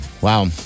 Wow